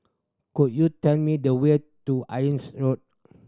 could you tell me the way to Road